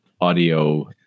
audio